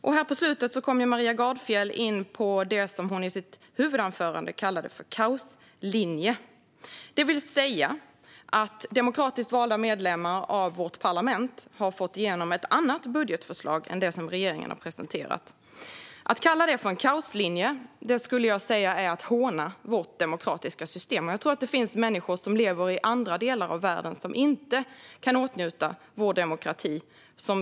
I slutet kom Maria Gardfjell in på det som hon i sitt huvudanförande kallade för kaoslinje, det vill säga att demokratiskt valda medlemmar av vårt parlament har fått igenom ett annat budgetförslag än det som regeringen har presenterat. Att kalla det för en kaoslinje är att håna vårt demokratiska system. Det finns människor som lever i andra delen av världen som inte kan åtnjuta vårt demokratiska system.